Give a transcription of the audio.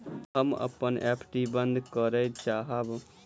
हम अपन एफ.डी बंद करय चाहब